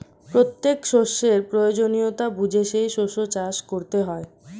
প্রত্যেক শস্যের প্রয়োজনীয়তা বুঝে সেই শস্য চাষ করতে হয়